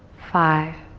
five,